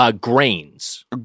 Grains